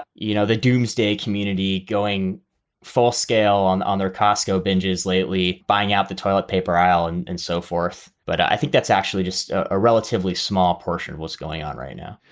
you know, the doomsday community going full scale on on their costco binges lately, buying out the toilet paper aisle and and so forth but i think that's actually just a relatively small portion of what's going on right now,